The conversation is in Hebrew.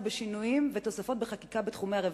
בשינויים ותוספות בחקיקה בתחומי הרווחה.